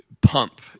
pump